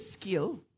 skill